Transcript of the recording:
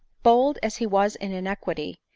bold as he was in iniquity,